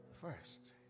first